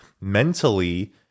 mentally